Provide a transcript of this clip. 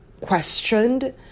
questioned